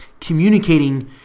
communicating